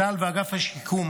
צה"ל ואגף השיקום